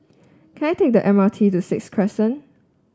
can I take the M R T to Sixth Crescent